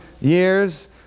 years